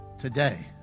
Today